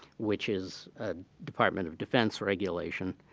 which is a department of defense regulation